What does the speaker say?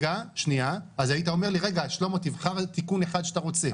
אז היית אומר לי: שלמה, תבחר תיקון אחד שאתה רוצה.